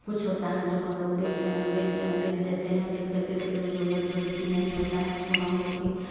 कुछ होता है तो हम लोग बेच बेच बेच देते हैं बेच करके फिर जो चीज़ नहीं होता है उसको हम लोग फिर